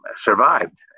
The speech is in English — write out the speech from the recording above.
survived